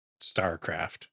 StarCraft